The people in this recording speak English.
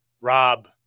Rob